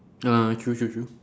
ah true true true